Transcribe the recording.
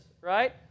right